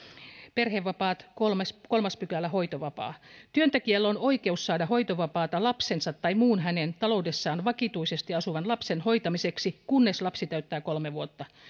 perhevapaat kolmas kolmas pykälä hoitovapaa työntekijällä on oikeus saada hoitovapaata lapsensa tai muun hänen taloudessaan vakituisesti asuvan lapsen hoitamiseksi kunnes lapsi täyttää kolme vuotta